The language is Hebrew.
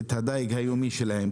את הדיג היומי שלהם,